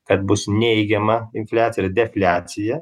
kad bus neigiama infliacija defliacija